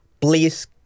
please